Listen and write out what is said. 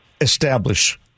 establish